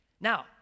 Now